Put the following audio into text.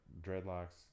dreadlocks